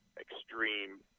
extreme